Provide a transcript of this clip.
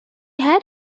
had